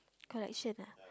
collection ah